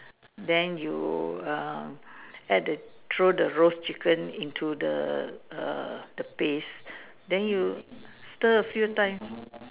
then you err add the throw the roast chicken into the err the base then you stir a few time